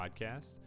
Podcast